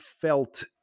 felt